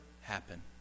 happen